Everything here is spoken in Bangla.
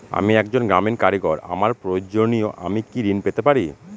আমি একজন গ্রামীণ কারিগর আমার প্রয়োজনৃ আমি কি ঋণ পেতে পারি?